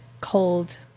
cold